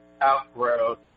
outgrowth